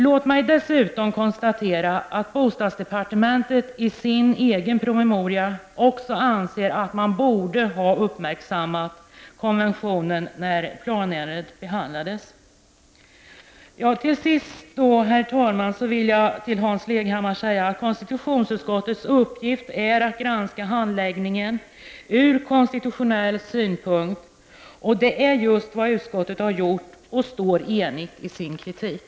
Låt mig dessutom konstatera att bostadsdepartementet i sin egen promemoria också anser att man borde ha uppmärksammat konventionen när planärendet behandlades. Till sist vill jag till Hans Leghammar säga att konstitutionsutskottets uppgift är att granska handläggningen ur konstitutionell synpunkt. Det är just vad utskottet har gjort, och man står enig i sin kritik.